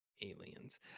Aliens